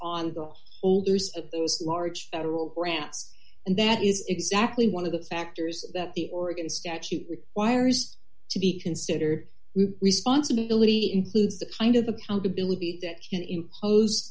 on the holders of large federal grants and that is exactly one of the factors that the oregon statute requires to be considered responsibility includes the kind of accountability that can impose